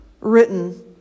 written